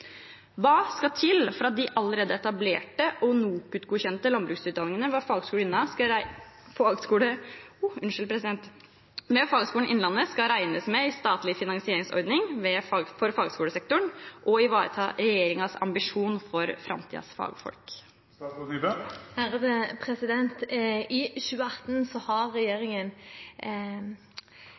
Hva skal til for at de allerede etablerte og NOKUT-godkjente landbruksutdanningene ved Fagskolen Innlandet skal regnes med i den statlige finansieringsordningen for fagskolesektoren og ivareta regjeringens ambisjon for framtidens fagfolk?